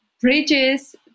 bridges